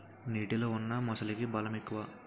నీటిలో ఉన్న మొసలికి బలం ఎక్కువ